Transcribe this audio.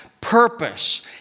purpose